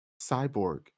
cyborg